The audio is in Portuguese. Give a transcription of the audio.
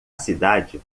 cidade